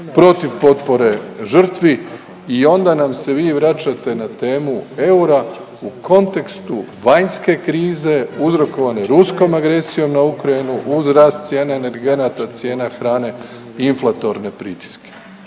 protiv potpore žrtvi i onda nam se vi vraćate na temu eura u kontekstu vanjske krize uzrokovane ruskom agresijom na Ukrajinu uz rast cijena energenata, cijena hrane i inflatorne pritiske.